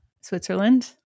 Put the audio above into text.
Switzerland